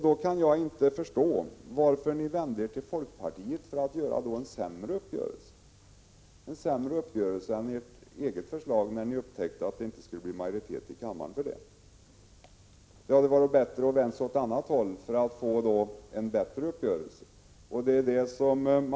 Då kan jag inte förstå varför ni vände er till folkpartiet och träffade en uppgörelse som är sämre än ert eget förslag, när ni upptäckte att det inte skulle bli majoritet för det. Det hade ju varit bättre att ni vänt er åt annat håll och fått en bättre uppgörelse.